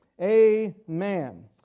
Amen